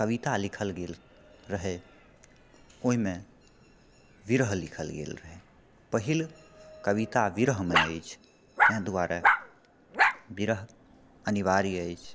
कविता लिखल गेल रहए ओहिमे विरह लिखल गेल रहए पहिल कविता विरहमे अछि तहि दुआरे विरह अनिवार्य अछि